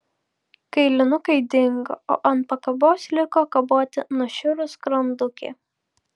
kailinukai dingo o ant pakabos liko kaboti nušiurus skrandukė